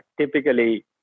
typically